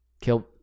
Kill